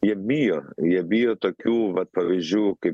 jie bijo jie bijo tokių vat pavyzdžių kaip